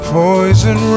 poison